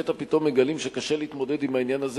לפתע פתאום מגלים שקשה להתמודד עם העניין הזה